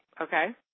Okay